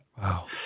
wow